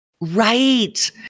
Right